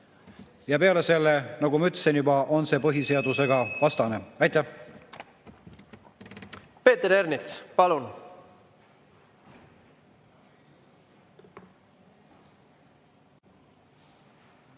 Ja peale selle, nagu ma ütlesin juba, on see põhiseadusvastane. Aitäh!